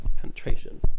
penetration